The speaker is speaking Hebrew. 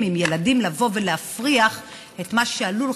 עם ילדים לבוא ולהפריח את מה שעלול,